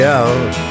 out